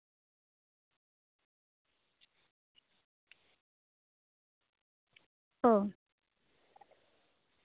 ᱚ